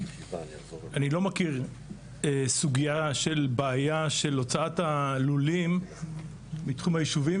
אני לא מכיר סוגייה של בעיה של הוצאת הלולים מתחום היישובים,